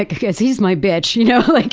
like because he's my bitch. you know like